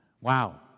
Wow